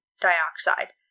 Dioxide